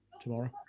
tomorrow